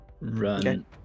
...run